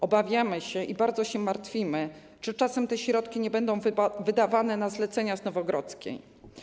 Obawiamy się i bardzo się martwimy, czy czasem te środki nie będą wydawane na zlecenia z Nowogrodzkiej.